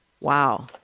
Wow